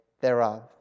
thereof